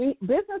Business